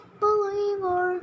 believer